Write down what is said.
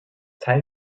teil